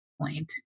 point